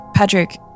Patrick